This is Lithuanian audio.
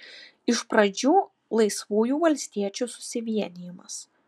iš pradžių laisvųjų valstiečių susivienijimas